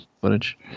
Footage